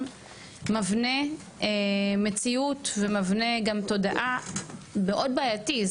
מבנה מציאות ומבנה גם תודעה מאוד בעייתי,